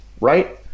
right